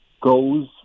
goes